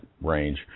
range